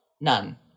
None